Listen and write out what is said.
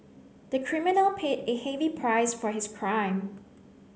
the criminal paid a heavy price for his crime